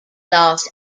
lost